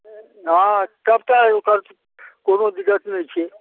हँ सबटा ओकर कोनो दिक्कत नहि छै